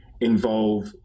involve